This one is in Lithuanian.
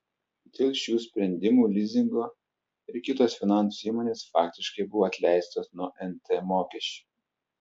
dėl šių sprendimų lizingo ir kitos finansų įmonės faktiškai buvo atleistos nuo nt mokesčio